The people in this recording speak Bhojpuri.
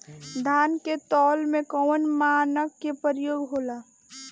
धान के तौल में कवन मानक के प्रयोग हो ला?